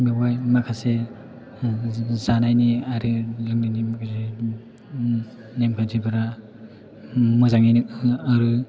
बेवहाय माखासे जानायनि आरो लोंनायनि माखासे नेमखान्थिफोरा मोजाङैनो आरो